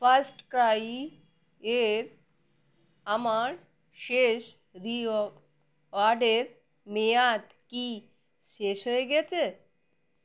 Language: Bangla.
ফার্স্টক্রাই এর আমার শেষ রিওয়ার্ডের মেয়াদ কি শেষ হয়ে গেছে